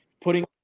putting